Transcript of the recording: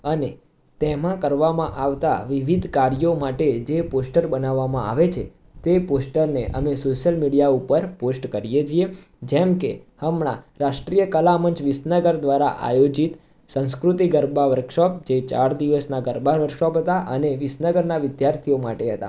અને તેમાં કરવામાં આવતા વિવિધ કાર્યો માટે જે પોસ્ટર બનાવવામાં આવે છે તે પોસ્ટરને અમે સોશિયલ મીડિયા ઉપર પોસ્ટ કરીએ છીએ જેમ કે હમણાં રાષ્ટ્રીય કલામંચ વિસનગર દ્વારા આયોજિત સંસ્કૃતિ ગરબા વર્કશોપ જે ચાર દિવસના ગરબા વર્કશોપ હતા અને વિસનગરના વિદ્યાર્થી માટે હતા